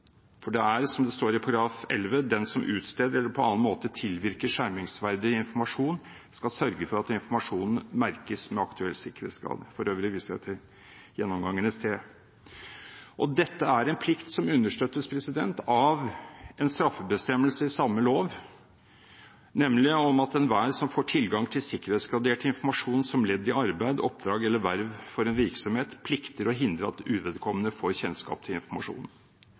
som vi har. Som det står i § 11: «Den som utsteder eller på annen måte tilvirker skjermingsverdig informasjon, skal sørge for at informasjonen merkes med aktuell sikkerhetsgrad.» For øvrig viser jeg til gjennomgangen i sted. Dette er en plikt som understøttes av en straffebestemmelse i samme lov, nemlig: «Enhver som får tilgang til sikkerhetsgradert informasjon som ledd i arbeid, oppdrag eller verv for en virksomhet, plikter å hindre at uvedkommende får kjennskap til